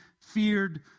feared